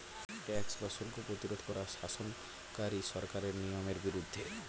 tax বা শুল্ক প্রতিরোধ করা শাসনকারী সরকারের নিয়মের বিরুদ্ধে